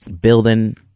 Building